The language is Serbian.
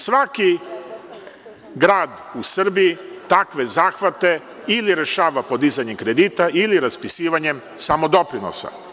Svaki grad u Srbiji takve zahvate ili rešava podizanjem kredita ili raspisivanjem samodoprinosa.